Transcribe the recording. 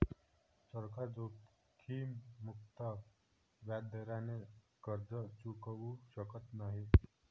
सरकार जोखीममुक्त व्याजदराने कर्ज चुकवू शकत नाही